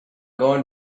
going